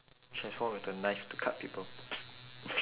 transform into knife to cut people